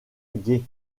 gué